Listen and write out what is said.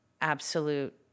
absolute